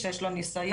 שיש לו ניסיון,